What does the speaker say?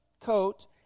coat